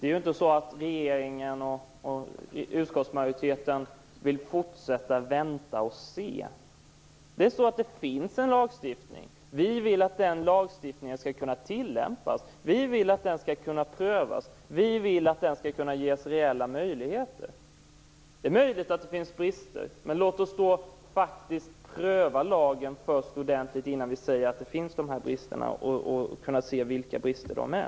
Det är inte så att regeringen och utskottsmajoriteten vill fortsätta att vänta och se. Det finns en lagstiftning. Vi vill att den lagstiftningen skall kunna tillämpas och prövas. Vi vill att den skall kunna ges reella möjligheter. Det är möjligt att det finns brister, men låt oss då först pröva lagen ordentligt innan vi säger att det finns brister för att se vilka bristerna är.